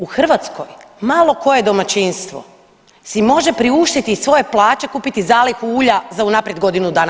U Hrvatskoj malo koje domaćinstvo si može priuštiti iz svoje plaće kupiti zalihu ulja za unaprijed godinu dana.